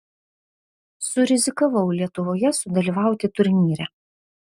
surizikavau lietuvoje sudalyvauti turnyre